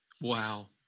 Wow